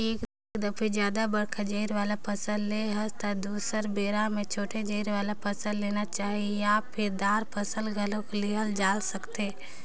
एक दफे जादा बड़का जरई वाला फसल ले हस त दुसर बेरा म छोटे जरई वाला फसल लेना चाही या फर, दार फसल घलो लेहल जाए सकथे